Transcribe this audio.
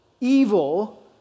evil